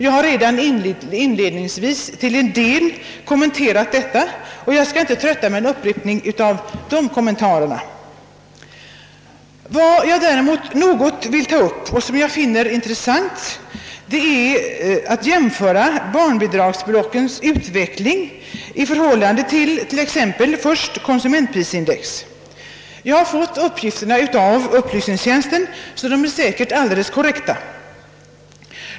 Jag har redan inledningsvis kommenterat detta, och jag skall inte trötta med en upprepning av de kommentarerna. Däremot finner jag det intressant att ta upp en jämförelse mellan barnbidragsbeloppens utveckling och utvecklingen av konsumentprisindex. Jag har fått uppgifterna av upplysningstjänsten, så de är säkert alldeles korrekta.